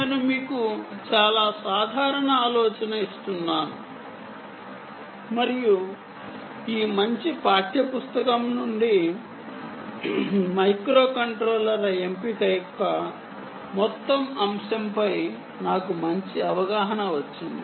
నేను మీకు చాలా సాధారణ అవగాహన ఇస్తున్నాను మరియు ప్రస్తుతం నా వద్ద ఉన్న ఈ మంచి పాఠ్య పుస్తకం నుండి మైక్రోకంట్రోలర్ల ఎంపిక యొక్క మొత్తం అంశంపై నాకు మంచి అవగాహన వచ్చింది